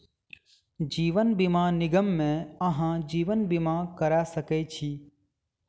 जीवन बीमा निगम मे अहाँ जीवन बीमा करा सकै छी